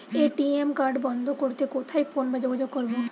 ATM card বন্ধ করতে কোথায় ফোন বা যোগাযোগ করব?